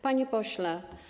Panie Pośle!